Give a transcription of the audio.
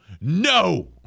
no